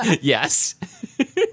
yes